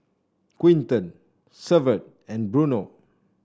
Quinton Severt and Bruno